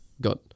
got